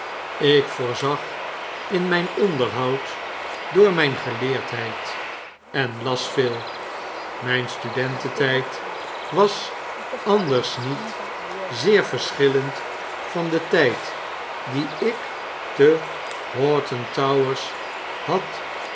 ik voorzag in myn onderhoud door mijn geleerdheid en las veel mjjn studententyd was andersniet zeer verschillend van den tyd dien ik te hoghton towers had